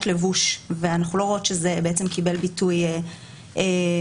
לבוש ואנחנו לא רואות שזה קיבל ביטוי בתיקון.